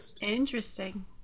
Interesting